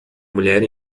mulher